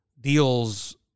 deals